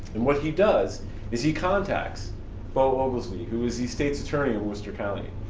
and what he does is he contacts beau oglesby, who is the state's attorney of worcester county,